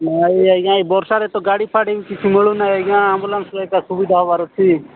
ନାଇଁ ଆଜ୍ଞା ଏ ବର୍ଷାରେ ତ ଗାଡ଼ି ଫାଡ଼ି କିଛି ମିଳୁ ନାହିଁ ଆଜ୍ଞା ଆମ୍ୱୁଲାସ୍ରେ ଏକା ସୁବିଧା ହେବାର ଅଛି